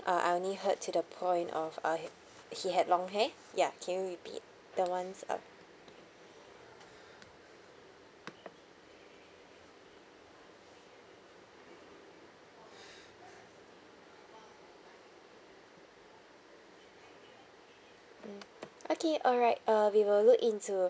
ah I only heard to the point of uh h~ he had long hair ya can you repeat the ones uh mm okay alright uh we will look into